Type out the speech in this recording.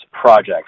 projects